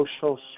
social